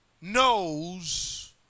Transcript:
knows